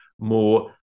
more